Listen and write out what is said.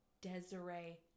Desiree